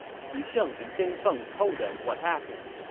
xu sheng and ding feng told them what happened